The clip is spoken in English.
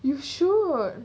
you sure